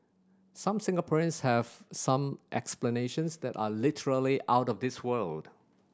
some Singaporeans have some explanations that are literally out of this world